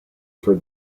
for